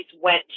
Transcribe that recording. went